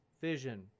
vision